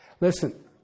Listen